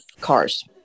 cars